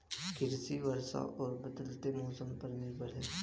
कृषि वर्षा और बदलते मौसम पर निर्भर है